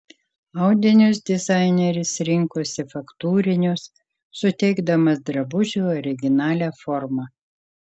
audinius dizaineris rinkosi faktūrinius suteikdamas drabužiui originalią formą